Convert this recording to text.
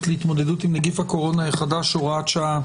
להתמודדות עם נגיף הקורונה החדש (הוראת שעה)